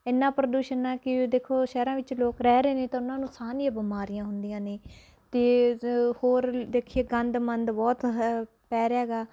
ਇੰਨਾ ਪ੍ਰਦੂਸ਼ਣ ਹੈ ਕਿ ਦੇਖੋ ਸ਼ਹਿਰਾਂ ਵਿੱਚ ਲੋਕ ਰਹਿ ਰਹੇ ਨੇ ਤਾਂ ਉਨ੍ਹਾਂ ਨੂੰ ਸਾਹ ਦੀਆਂ ਬੀਮਾਰੀਆਂ ਹੁੰਦੀਆਂ ਨੇ ਅਤੇ ਜ ਹੋਰ ਦੇਖੀਏ ਗੰਦ ਮੰਦ ਬਹੁਤ ਹੈ ਪੈ ਰਿਹਾ ਗਾ